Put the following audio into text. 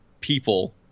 people